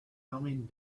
coming